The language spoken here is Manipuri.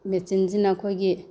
ꯃꯦꯆꯤꯟꯁꯤꯅ ꯑꯩꯈꯣꯏꯒꯤ